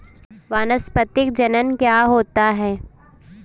वानस्पतिक जनन क्या होता है?